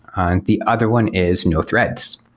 and the other one is no threats,